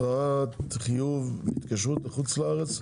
התראת חיוב בהתקשרות לחוץ לארץ),